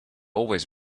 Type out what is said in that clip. always